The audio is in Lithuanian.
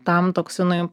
tam toksinui